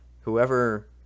whoever